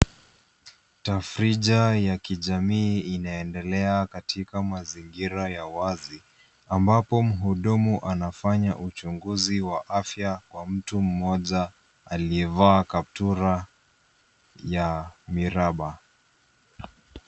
Tafrija ya kijamii inaendelea katika mazingira ya wazi ,ambapo mhudumu anafanya uchunguzi wa afya kwa mtu mmoja, aliyevaa kaptura ya miraba.